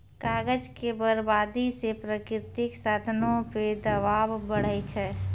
कागज के बरबादी से प्राकृतिक साधनो पे दवाब बढ़ै छै